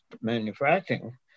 manufacturing